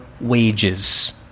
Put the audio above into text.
wages